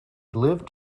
lived